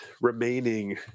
remaining